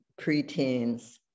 preteens